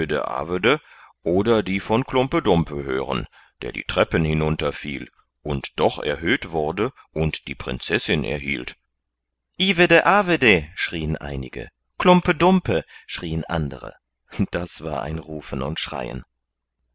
oder die von klumpe dumpe hören der die treppen hinunterfiel und doch erhöht wurde und die prinzessin erhielt ivede avede schrieen einige klumpe dumpe schrieen andere das war ein rufen und schreien